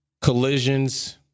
collisions